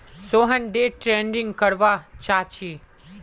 Sohan day trading करवा चाह्चे